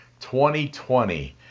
2020